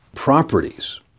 properties